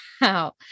wow